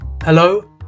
Hello